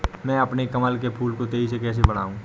मैं अपने कमल के फूल को तेजी से कैसे बढाऊं?